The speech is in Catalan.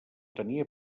tenia